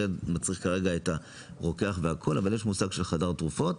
שמצריך כרגע את הרוקח והכול אבל יש מושג של "חדר תרופות",